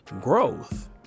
growth